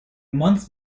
month